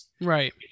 right